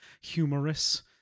humorous